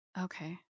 Okay